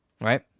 Right